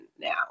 now